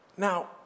Now